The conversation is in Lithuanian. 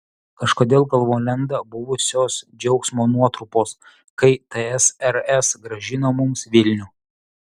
kažkodėl galvon lenda buvusios džiaugsmo nuotrupos kai tsrs grąžino mums vilnių